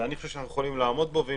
ואני חושב שאנחנו יכולים לעמוד בו ואם